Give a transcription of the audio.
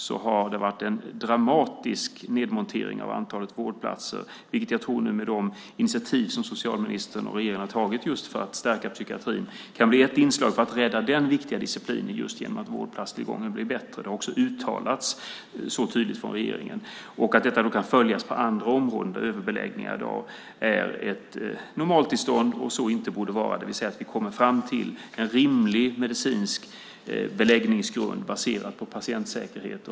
Det har varit en dramatisk nedmontering av antalet vårdplatser, och jag tror att de initiativ som socialministern och regeringen har tagit för att stärka psykiatrin kan bli ett inslag för att rädda den viktiga disciplinen just genom att vårdplatstillgången blir bättre. Det har också uttalats så tydligt från regeringen. Detta kan också följas på andra områden där överbeläggningar i dag är ett normaltillstånd, vilket det inte borde vara. Vi bör komma fram till en rimlig medicinsk beläggningsgrund baserad på patientsäkerhet.